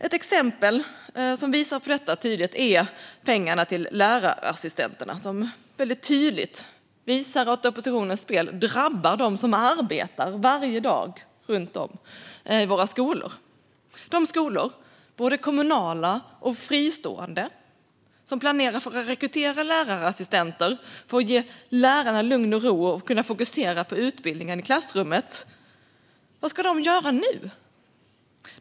Ett exempel som tydligt visar detta är pengarna till lärarassistenterna. Det visar tydligt att oppositionens spel drabbar dem som varje dag arbetar runt om i våra skolor. De skolor, både kommunala och fristående, som planerat att rekrytera lärarassistenter för att ge lärarna lugn och ro och möjlighet att fokusera på utbildningen i klassrummet - vad ska de göra nu?